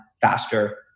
faster